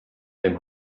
aim